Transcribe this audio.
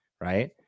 right